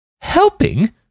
Helping